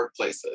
workplaces